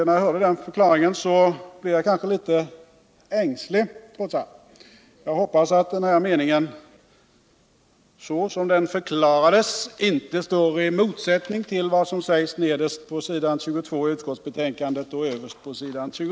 När jug hörde den förklaringen blev jag trots allt litet ängslig. Jag hoppas att den, så som den förklarades, inte står i motsättning till vud som sägs nederst på s. 22 och överst på s. 23 I utskottets betänkande.